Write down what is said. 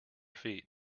feet